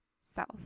self